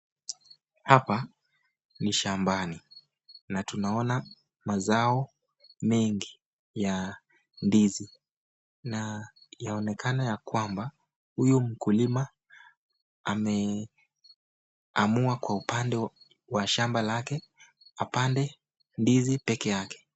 Hapa ni shambani na tunaona mazao mengi ya ndizi na inaonekana ya kwamba huyu mkulima ameamua kwa upande wa shamba lake apande ndizi pekeake.